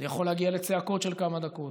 וזה יכול להגיע לצעקות של כמה דקות.